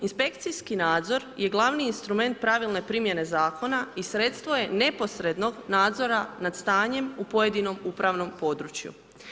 Inspekcijski nadzor je glavni instrument pravilne primjene zakona i sredstvo je neposrednog nadzora nad stanjem u pojedinom upravnom području.